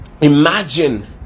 Imagine